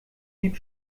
blieb